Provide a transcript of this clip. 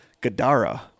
gadara